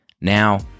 Now